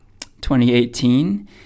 2018